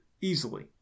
Easily